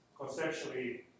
conceptually